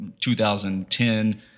2010